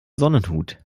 sonnenhut